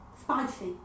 Spicy